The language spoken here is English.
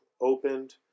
opened